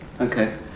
Okay